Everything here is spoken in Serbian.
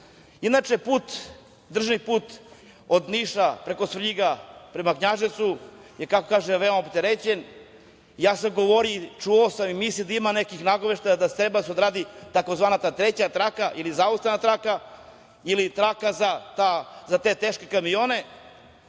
put, državni put od Niša, preko Srvljiga, prema Knjaževcu je, kako kažem, veoma opterećen. Govorio sam, čuo sam i mislim da ima nekih nagoveštaja da treba da se odradi ta tzv. treća traka ili zaustavna traka ili traka za te teške kamione